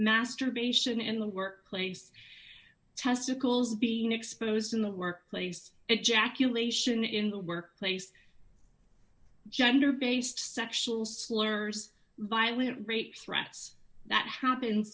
masturbation in the workplace testicles being exposed in the workplace and jack elation in the workplace gender based sexual slurs violent rape threats that happen